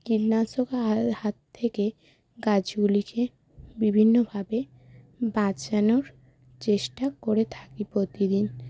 কীটনাশক হাত থেকে গাছগুলিকে বিভিন্নভাবে বাঁচানোর চেষ্টা করে থাকি প্রতিদিন